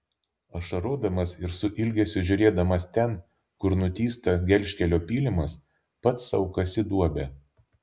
ašarodamas ir su ilgesiu žiūrėdamas ten kur nutįsta gelžkelio pylimas pats sau kasi duobę